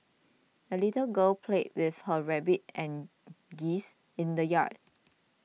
the little girl played with her rabbit and geese in the yard